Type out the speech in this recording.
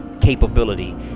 capability